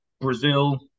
Brazil